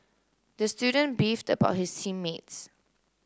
the student beefed about his team mates